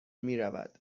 میرود